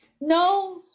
No